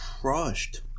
crushed